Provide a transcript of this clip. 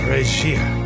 Regia